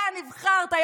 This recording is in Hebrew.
אתה נבחרת,